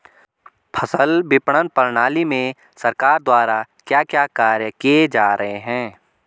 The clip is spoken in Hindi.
फसल विपणन प्रणाली में सरकार द्वारा क्या क्या कार्य किए जा रहे हैं?